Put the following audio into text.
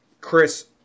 Chris